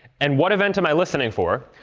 and what event am i listening for?